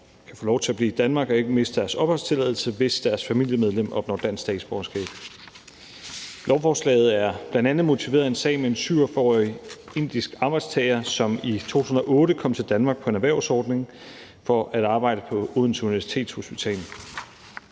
kan få lov til at blive i Danmark og ikke miste deres opholdstilladelse, hvis deres familiemedlem opnår dansk statsborgerskab. Lovforslaget er bl.a. motiveret af en sag med en 47-årig indisk arbejdstager, som i 2008 kom til Danmark på en erhvervsordning for at arbejde på Odense Universitetshospital.